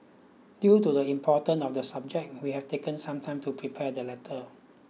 due to the importance of the subject we have taken some time to prepare the letter